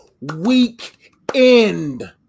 weekend